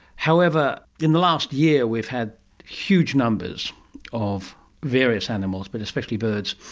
however, in the last year we've had huge numbers of various animals, but especially birds,